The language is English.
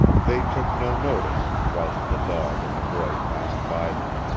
they took no notice whilst the dog and the boy passed by them.